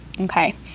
okay